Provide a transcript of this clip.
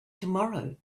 tomorrow